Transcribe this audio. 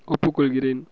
ஒப்புக்கொள்கிறேன்